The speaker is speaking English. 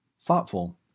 thoughtful